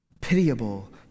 pitiable